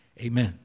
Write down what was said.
Amen